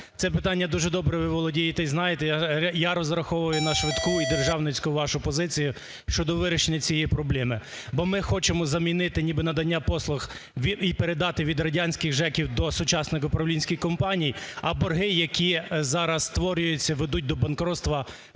Це питання дуже добре ви володієте і знаєте. Я розраховую на швидку і державницьку вашу позицію щодо вирішення цієї проблеми. Бо ми хочемо замінити ніби надання послуг і передати від радянськихЖЕКів до сучасних управлінських компаній. А борги, які зараз створюються, ведуть до банкротства